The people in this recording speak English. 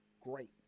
great